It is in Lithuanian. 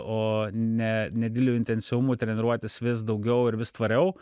o ne nedidelio intensyvumo treniruotės vis daugiau ir vis tvariau